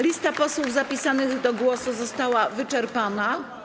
Lista posłów zapisanych do głosu została wyczerpana.